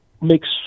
makes